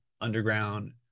underground